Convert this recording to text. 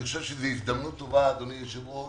אני חושב שזאת הזדמנות טובה אדוני היושב ראש